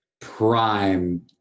prime